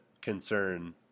concern